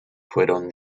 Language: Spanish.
fueron